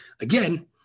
again